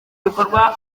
bikorwa